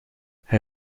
hij